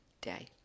day